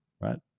Right